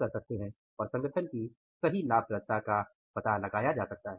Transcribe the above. कर सकते हैं और संगठन की सही लाभप्रदता का पता लगाया जा सकता है